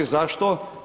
Zašto?